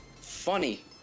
funny